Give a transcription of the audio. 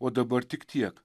o dabar tik tiek